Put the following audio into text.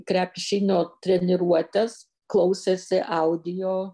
krepšinio treniruotes klausėsi audio